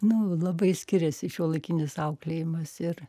nu labai skiriasi šiuolaikinis auklėjimas ir